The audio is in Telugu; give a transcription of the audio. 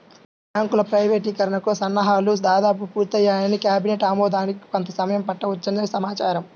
బ్యాంకుల ప్రైవేటీకరణకి సన్నాహాలు దాదాపు పూర్తయ్యాయని, కేబినెట్ ఆమోదానికి కొంత సమయం పట్టవచ్చని సమాచారం